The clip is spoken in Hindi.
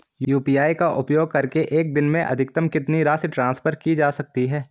यू.पी.आई का उपयोग करके एक दिन में अधिकतम कितनी राशि ट्रांसफर की जा सकती है?